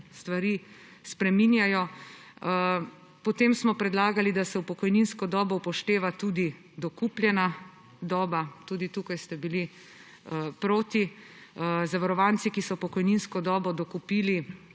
stvari spreminjajo. Potem smo predlagali, da se v pokojninsko dobo upošteva tudi dokupljena doba, tudi tukaj ste bili proti. Zavarovanci, ki so pokojninsko dobo dokupili,